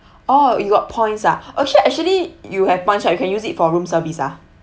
oh you got points ah actual~ actually you have points right you can use it for room service ah